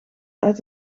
uit